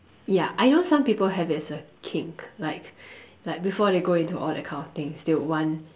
ya I know some people have it as a kink like like before they go into all that kind of things they would want